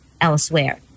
elsewhere